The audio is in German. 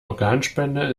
organspende